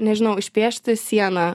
nežinau išpiešti sieną